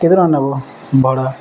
କେତେ ଟଙ୍କା ନବ ଭଡ଼ା